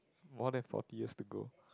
more than forty years to go